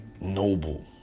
noble